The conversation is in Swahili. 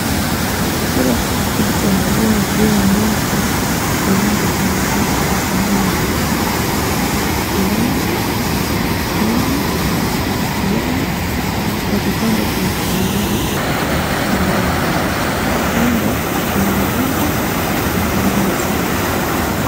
Chakula kilichoandalia juu ya meza ya rangi ya samawati kwa sahani ya kijivu ni wali, nyama, yai, na vipande viwili vya ndizi. Kando kuna mrija wa kunywea soda.